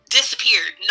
disappeared